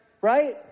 right